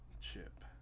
Chip